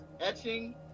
Etching